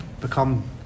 become